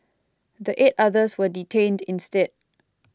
the eight others were detained instead